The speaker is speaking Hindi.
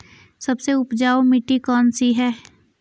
सबसे उपजाऊ मिट्टी कौन सी है?